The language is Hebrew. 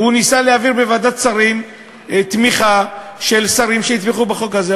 והוא ניסה להעביר בוועדת שרים תמיכה של שרים בחוק הזה,